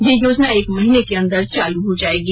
यह योजना एक महीने के अंदर चालू हो जाएगी